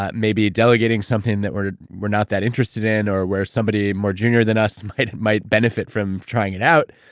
ah maybe delegating something that we're we're not that interested in or where somebody more junior than us might might benefit from trying it out.